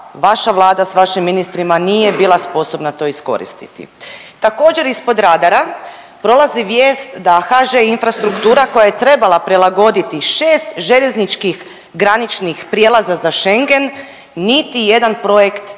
vaša vlada s vašim ministrima nije bila sposobna to iskoristiti. Također ispod radara prolazi vijest da HŽ-Infrastruktura koja je trebala prilagoditi 6 željezničkih graničnih prijelaza za Schengen niti jedan projekt